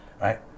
right